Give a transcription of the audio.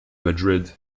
madrid